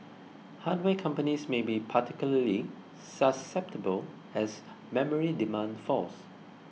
hardware companies may be particularly susceptible as memory demand falls